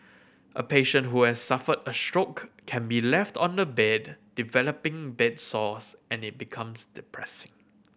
a patient who has suffered a stroke can be left on the bed developing bed sores and it becomes depressing